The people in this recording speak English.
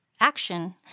action